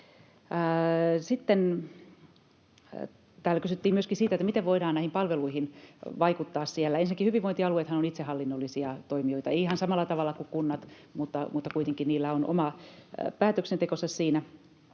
täällä kysyttiin myöskin siitä, miten voidaan näihin palveluihin vaikuttaa. Ensinnäkin hyvinvointialueethan ovat itsehallinnollisia toimijoita — eivät ihan samalla tavalla kuin kunnat, mutta kuitenkin niillä on oma päätöksentekonsa siinä.